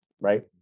right